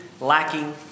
lacking